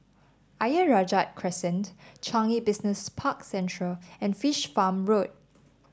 Ayer Rajah Crescent Changi Business Park Central and Fish Farm Road